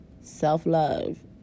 Self-love